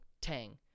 tang